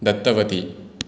दत्तवती